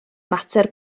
mater